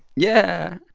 yeah